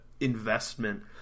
investment